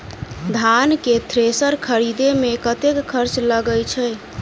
धान केँ थ्रेसर खरीदे मे कतेक खर्च लगय छैय?